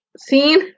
seen